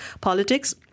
Politics